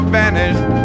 vanished